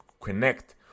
connect